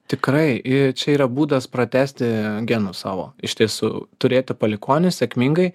tikrai čia yra būdas pratęsti genus savo iš tiesų turėti palikuonių sėkmingai